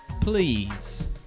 Please